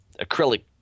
acrylic